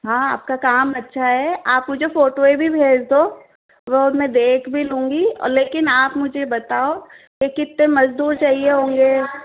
हाँ आप का काम अच्छा है आप मुझे फोटूऐ भी भेज दो तो अब मैं देख भी लूँगी लेकिन आप मुझे बताओ के कितने मजदूर चाहिए होंगे